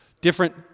different